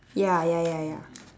ya ya ya ya